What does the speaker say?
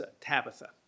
Tabitha